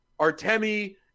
Artemi